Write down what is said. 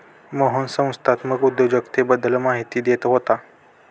मोहन संस्थात्मक उद्योजकतेबद्दल माहिती देत होता